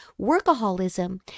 workaholism